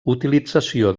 utilització